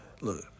Look